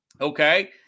Okay